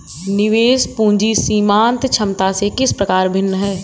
निवेश पूंजी सीमांत क्षमता से किस प्रकार भिन्न है?